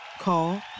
Call